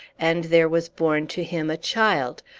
and there was born to him a child,